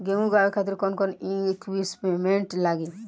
गेहूं उगावे खातिर कौन कौन इक्विप्मेंट्स लागी?